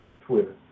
Twitter